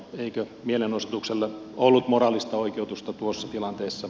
eikö mielenosoitukselle ollut moraalista oikeutusta tuossa tilanteessa